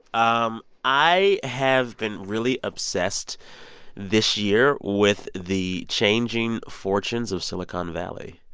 um i have been really obsessed this year with the changing fortunes of silicon valley.